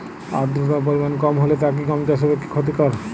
আর্দতার পরিমাণ কম হলে তা কি গম চাষের পক্ষে ক্ষতিকর?